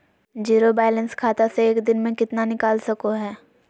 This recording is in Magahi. जीरो बायलैंस खाता से एक दिन में कितना निकाल सको है?